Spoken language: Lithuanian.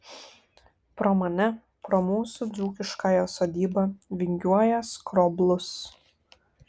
pro mane pro mūsų dzūkiškąją sodybą vingiuoja skroblus